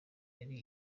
yari